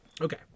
Okay